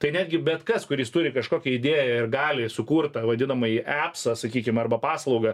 tai netgi bet kas kuris turi kažkokią idėją ir gali sukurt tą vadinamąjį epsą sakykim arba paslaugą